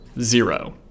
zero